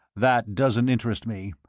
that doesn't interest me.